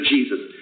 Jesus